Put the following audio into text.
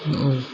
आरो